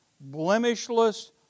blemishless